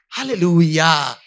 Hallelujah